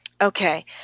Okay